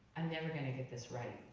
i'm never gonna get this right.